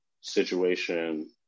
situation